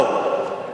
האם מדובר בבועה או לא.